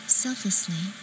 selflessly